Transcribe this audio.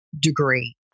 degree